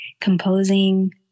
composing